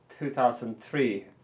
2003